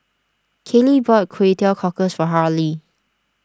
Kaylee bought Kway Teow Cockles for Harley